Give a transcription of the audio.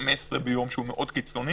15 ביום שהוא מאוד קיצוני.